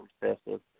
recessive